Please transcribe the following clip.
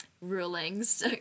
rulings